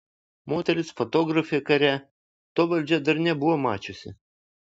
moteris fotografė kare to valdžia dar nebuvo mačiusi